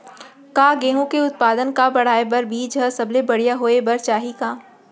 का गेहूँ के उत्पादन का बढ़ाये बर बीज ह सबले बढ़िया होय बर चाही का?